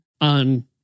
on